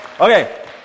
Okay